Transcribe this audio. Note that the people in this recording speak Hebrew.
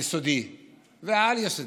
היסודי והעל-יסודי.